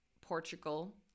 Portugal